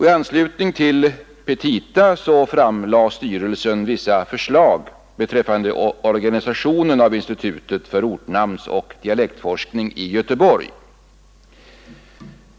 I anslutning till petita framlade styrelsen vissa förslag beträffande organisationen av institutet för ortnamnsoch dialektforskning i Göteborg.